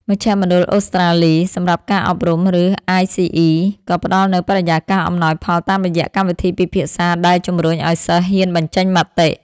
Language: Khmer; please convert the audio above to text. មជ្ឈមណ្ឌលអូស្រ្តាលីសម្រាប់ការអប់រំ ឬ អាយ-ស៊ី-អ៊ី ក៏ផ្ដល់នូវបរិយាកាសអំណោយផលតាមរយៈកម្មវិធីពិភាក្សាដែលជម្រុញឱ្យសិស្សហ៊ានបញ្ចេញមតិ។